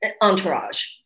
entourage